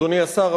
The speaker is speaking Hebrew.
אדוני השר,